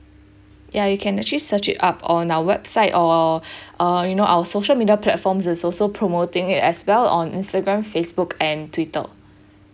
yeah you can actually search it up on our website or uh you know our social media platforms is also promoting it as well on instagram facebook and twitter